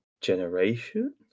generation